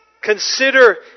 Consider